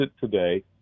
today